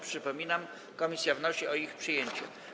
Przypominam, że komisja wnosi o ich przyjęcie.